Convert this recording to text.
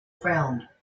found